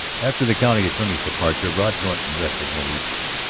after the county attorney's departure rod norton rested more easily.